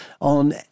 on